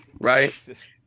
right